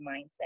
mindset